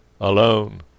alone